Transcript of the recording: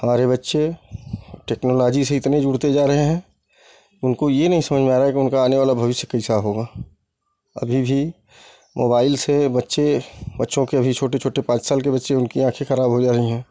हमारे बच्चे टेक्नोलॉजी से इतने जुड़ते जा रहे हैं उनको ये नहीं समझ में आ रहा है कि उनका आने वाला भविष्य कैसा होगा अभी भी मोबाइल से बच्चे बच्चों के अभी छोटे छोटे पाँच साल के बच्चे उनकी आंखे खराब होती जा रही हैं